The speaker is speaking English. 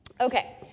Okay